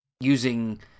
using